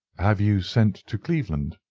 have you sent to cleveland?